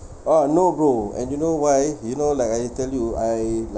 ah no bro and you know why you know like I tell you I like